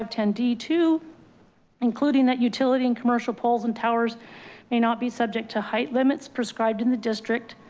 five, ten d to including that utility and commercial poles and towers may not be subject to height limits prescribed in the district.